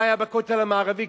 מה היה בכותל המערבי?